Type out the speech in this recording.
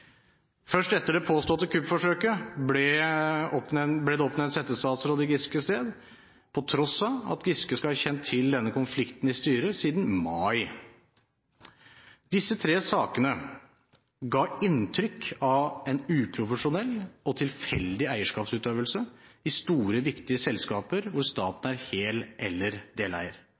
etter det påståtte kuppforsøket ble det oppnevnt settestatsråd i Giskes sted, på tross av at Giske skal ha kjent til denne konflikten i styret siden mai. Disse tre sakene ga inntrykk av en uprofesjonell og tilfeldig eierskapsutøvelse i store viktige selskaper hvor staten er hel- eller deleier.